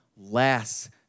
less